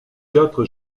quatre